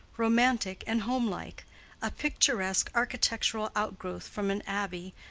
romantic, and home-like a picturesque architectural outgrowth from an abbey,